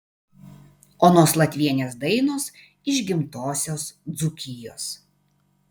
onos latvienės dainos iš gimtosios dzūkijos